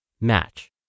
match